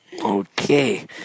okay